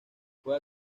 juega